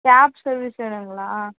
gap service வேணும்ங்களா